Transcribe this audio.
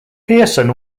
pearson